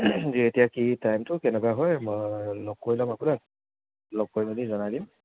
যে এতিয়া কি টাইমটো কেনেকুৱা হয় মই লগ কৰি ল'ম আপোনাক লগ কৰি মেলি জনাই দিম